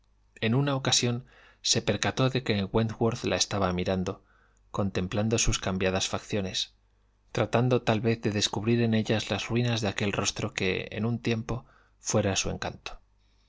en una ocasión se percató de que wentworth la estaba mirando contemplando sus cambiadas facciones tratando tal vez de descubrir en ellas las ruinas de aquel rostro que en un tiempo fuera su encanto